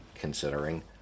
Considering